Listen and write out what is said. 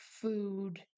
food